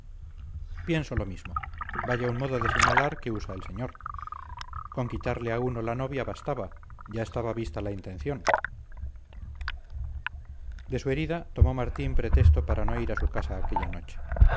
pienso lo mismo vaya un modo de señalar que usa el señor con quitarle a uno la novia bastaba ya estaba vista la intención de su herida tomó martín pretexto para no ir a su casa aquella noche